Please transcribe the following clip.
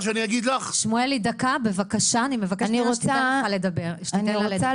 שמואלי, אני מבקשת שתיתן לה לדבר.